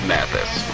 Mathis